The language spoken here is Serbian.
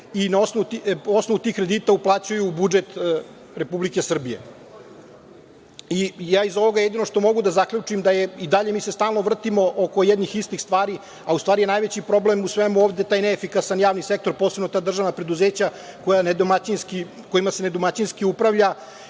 i po osnovu tih kredita uplaćuju u budžet Republike Srbije. Jedino iz ovoga što mogu da zaključim da se i dalje mi stalno vrtimo oko jednih istih stvari, a u stvari je najveći problem u svemu ovde, taj neefikasan javni sektor, posebno ta državna preduzeća koja nedomaćinski,